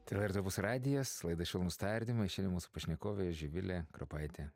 tai lrt opus radijas laida švelnūs tardymai šiandien mūsų pašnekovė živilė kropaitė